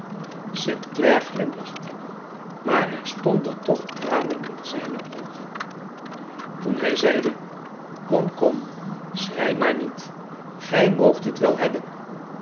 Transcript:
st clare glimlachte maar er stonden toch tranen in zijne oogen toen hij zeide kom kom schrei maar niet gij moogt het wel hebben